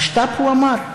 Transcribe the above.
משת"פ הוא אמר?